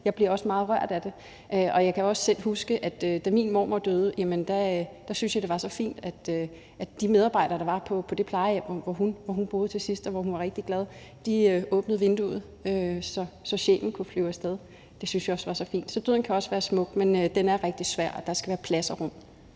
også bliver meget rørt af det. Jeg kan også huske, at jeg, da min mormor døde, syntes, at det var så fint, at de medarbejdere, der var på det plejehjem, hvor hun boede til sidst, og hvor hun var rigtig glad, åbnede vinduet, så sjælen kunne flyve af sted. Det synes jeg også var så fint; så døden kan også være smuk. Men den er rigtig svær, og der skal være plads og rum.